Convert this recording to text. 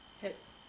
Hits